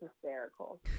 hysterical